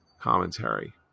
commentary